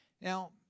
Now